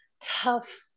tough